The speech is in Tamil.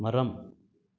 மரம்